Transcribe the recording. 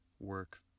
work